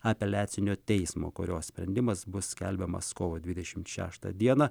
apeliacinio teismo kurio sprendimas bus skelbiamas kovo dvidešimt šeštą dieną